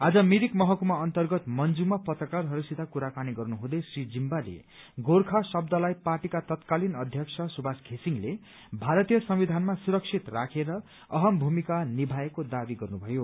आज मिरिक महकुमा अन्तर्गत मन्जुमा पत्रकारहस्सित कुराकानी गर्नुहँदै श्री जिम्बाले भन्नुभयो गोर्खा शब्दलाई पार्टीका तत्कालिन अध्यक्ष सुवास घिसिङले भारतीय संविधानमा सुरक्षित राखेर अहम भूमिका निभाएको दावी गर्नुभयो